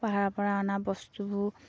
পাহাৰৰপৰা অনা বস্তুবোৰ